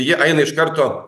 jie eina iš karto